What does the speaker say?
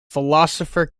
philosopher